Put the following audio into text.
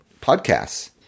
podcasts